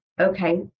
Okay